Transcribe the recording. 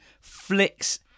flicks